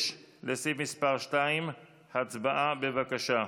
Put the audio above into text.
6, לסעיף מס' 2. הצבעה, בבקשה.